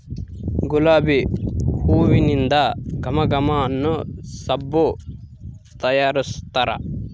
ಗುಲಾಬಿ ಹೂಲಿಂದ ಘಮ ಘಮ ಅನ್ನೊ ಸಬ್ಬು ತಯಾರಿಸ್ತಾರ